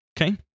Okay